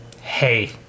Hey